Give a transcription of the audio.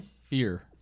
Fear